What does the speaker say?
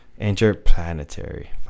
interplanetary